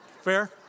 Fair